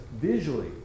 visually